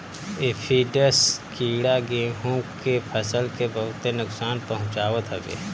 aphids कीड़ा गेंहू के फसल के बहुते नुकसान पहुंचावत हवे